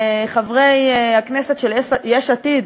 חברי הכנסת של יש עתיד,